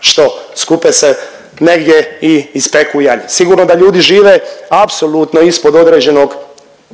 što, skupe se negdje i ispeku janje, sigurno da ljudi žive apsolutno ispod određenog